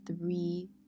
three